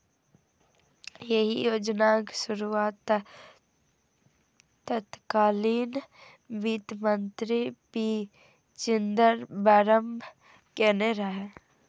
एहि योजनाक शुरुआत तत्कालीन वित्त मंत्री पी चिदंबरम केने रहै